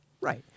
Right